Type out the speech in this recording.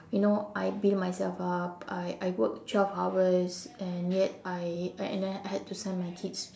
you know I build myself up I I work twelve hours and yet I uh and then I had to send my kid